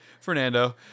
Fernando